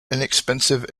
inexpensive